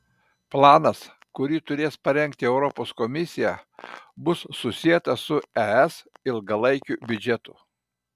planas kurį turės parengti europos komisija bus susietas su es ilgalaikiu biudžetu